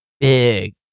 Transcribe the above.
big